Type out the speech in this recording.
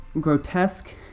grotesque